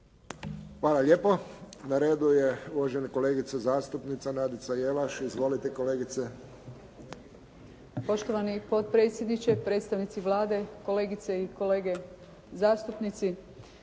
Hvala lijepo. Na redu je uvažena kolegica zastupnica Nadica Jelaš, izvolite kolegice. **Jelaš, Nadica (SDP)** Poštovani potpredsjedniče, predstavnici Vlade, kolegice i kolege zastupnici.